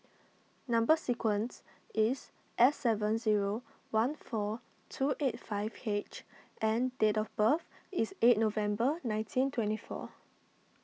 Number Sequence is S seven zero one four two eight five H and date of birth is eight November nineteen twenty four